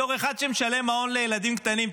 בתור אחד שמשלם מעון לילדים קטנים,